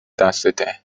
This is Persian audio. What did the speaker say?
دستته